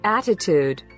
Attitude